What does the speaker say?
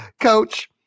coach